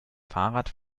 fahrrad